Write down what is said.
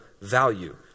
value